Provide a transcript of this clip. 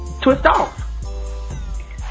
twist-off